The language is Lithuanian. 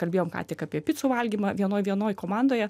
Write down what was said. kalbėjom ką tik apie picų valgymą vienoj vienoj komandoje